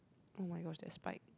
oh-my-gosh that spike